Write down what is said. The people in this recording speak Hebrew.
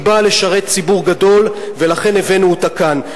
והיא באה לשרת ציבור גדול, ולכן הבאנו אותה כאן.